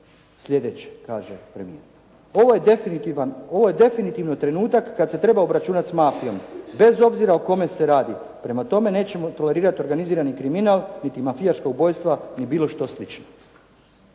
sljedeće kaže premijer: "Ovo je definitivno trenutak kad se treba obračunat s mafijom, bez obzira o kome se radi. Prema tome, nećemo tolerirati organizirani kriminal niti mafijaška ubojstva ni bilo što slično."